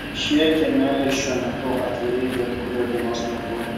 šie kiemeliai šiuo metu atviri bet kuriuo dienos metu